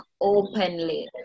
openly